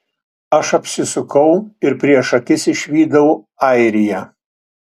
aš apsisukau ir prieš akis išvydau airiją